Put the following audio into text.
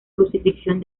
crucifixión